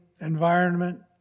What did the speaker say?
environment